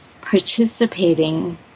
participating